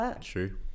true